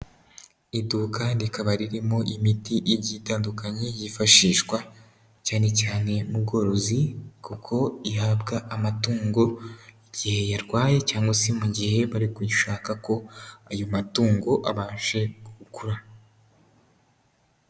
Iduka rikaba ririmo imiti igiye itandukanye yifashishwa cyane cyane mu bworozi, kuko ihabwa amatungo igihe yarwaye cyangwa se mu gihe bari kuyishaka ko, ayo matungo abashe gukura.